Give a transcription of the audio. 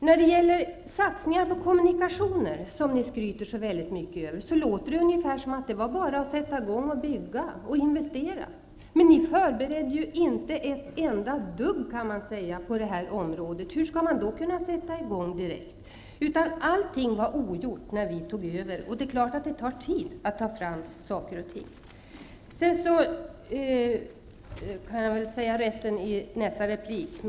När det gäller satsningar på kommunikationer, som ni skryter så mycket över, låter det som om det bara vore att sätta i gång och investera. Ni förberedde ju inte ett enda dugg på det här området. Hur skall man då kunna sätta i gång direkt? Allting var ogjort när vi tog över, och det är klart att det tar tid med saker och ting.